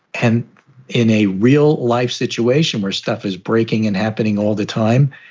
and in a real life situation where stuff is breaking and happening all the time,